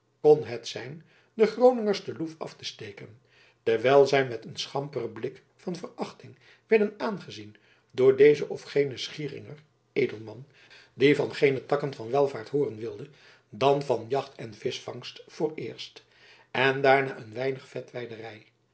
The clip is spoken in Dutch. kon het zijn den groningers de loef af te steken terwijl zij met een schamperen blik van verachting werden aangezien door dezen of genen schieringer edelman die van geene takken van welvaart hooren wilde dan van jacht en vischvangst vooreerst en daarna een weinig vetweiderij